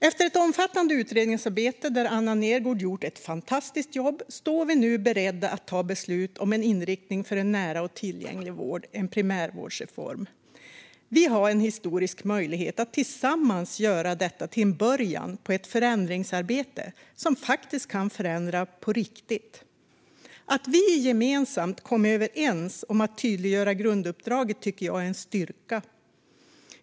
Efter ett omfattande utredningsarbete, där Anna Nergårdh gjort ett fantastiskt jobb, står vi nu beredda att fatta beslut om en inriktning för en nära och tillgänglig vård - en primärvårdsreform. Vi har en historisk möjlighet att tillsammans göra detta till en början på ett förändringsarbete som faktiskt kan åstadkomma en förändring på riktigt. Att vi gemensamt kommit överens om att tydliggöra dess grunduppdrag är en styrka.